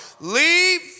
Leave